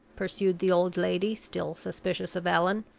pursued the old lady, still suspicious of allan,